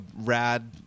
rad